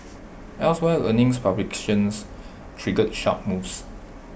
elsewhere earnings publications triggered sharp moves